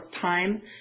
time